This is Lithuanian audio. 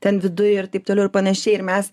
ten viduj ir taip toliau ir panašiai ir mes